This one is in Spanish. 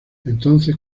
entonces